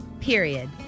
period